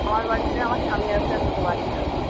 আমার বাড়িতে আমার স্বামী আছে আর দুটো বাচ্চা আছে